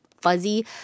fuzzy